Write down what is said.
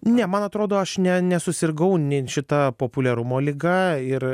ne man atrodo aš ne nesusirgau nei šita populiarumo liga ir